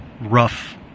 rough